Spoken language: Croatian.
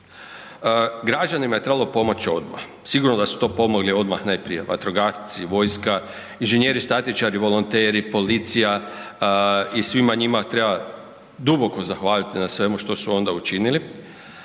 Građanima je trebalo pomoć odma, sigurno da su to pomogli odmah najprije vatrogasci, vojska, inženjeri statičari, volonteri, policija i svima njima treba duboko zahvaliti na svemu što su onda učinili,